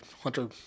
Hunter